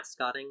mascotting